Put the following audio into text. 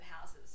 houses